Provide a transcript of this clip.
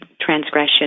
transgression